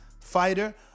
fighter